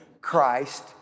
Christ